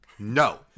no